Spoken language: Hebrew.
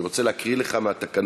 אני רוצה להקריא לך מהתקנון: